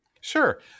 Sure